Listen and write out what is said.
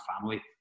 family